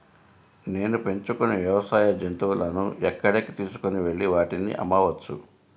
నేను పెంచుకొనే వ్యవసాయ జంతువులను ఎక్కడికి తీసుకొనివెళ్ళి వాటిని అమ్మవచ్చు?